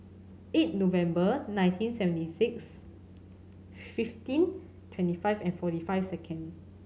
eight November nineteen seventy six fifteen twenty five and forty five second